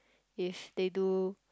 if they do